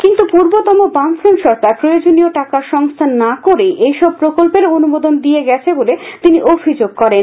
কিন্তু পূর্বতন রামফ্রন্ট সরকার প্রয়োজনীয় টাকার সংস্থান না করেই এই সব প্রকল্পের অনুমোদন দিয়ে গেছে বলে তিনি অভিযোগ করেন